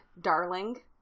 darling